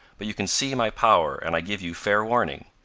but you can see my power and i give you fair warning.